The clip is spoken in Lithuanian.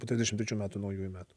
po trisdešim trečių metų naujųjų metų